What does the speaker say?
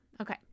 okay